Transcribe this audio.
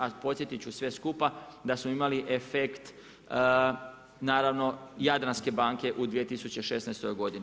A podsjetiti ću sve skupa da smo imali efekt naravno Jadranske banke u 2016. godini.